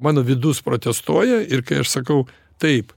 mano vidus protestuoja ir kai aš sakau taip